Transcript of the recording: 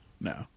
No